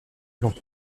long